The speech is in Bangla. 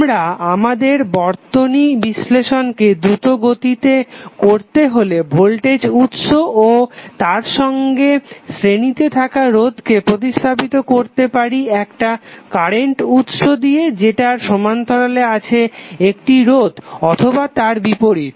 আমরা আমাদের বর্তনী বিশ্লেষণকে দ্রুত গতিতেতে করতে হলে ভোল্টেজ উৎস ও তার সঙ্গে শ্রেণীতে থাকা রোধকে প্রতিস্থাপিত করতে পারি একটা কারেন্ট উৎস দিয়ে যেটার সমান্তরালে আছে একটি রোধ অথবা তার বিপরীত